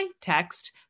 Text